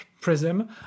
Prism